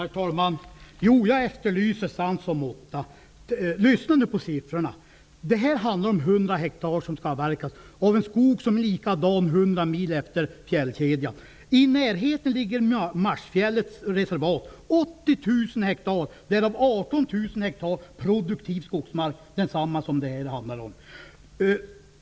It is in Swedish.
Herr talman! Jag efterlyser sans och måtta. Lyssna nu på siffrorna. Det är 100 hektar skog som skall avverkas av en skog som är likadan 100 mil utefter fjällkedjan. I närheten ligger Marsfjällets reservat om 80 000 hektar varav 18 000 hektar produktiv skogsmark, samma som det här handlar om.